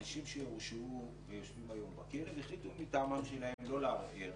אנשים שהורשעו ויושבים היום בכלא והחליטו מטעמם שלהם לא לערער